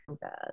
bad